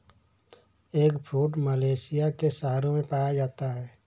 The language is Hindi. एगफ्रूट मलेशिया के शहरों में पाया जाता है